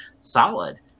solid